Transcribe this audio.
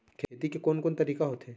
खेती के कोन कोन तरीका होथे?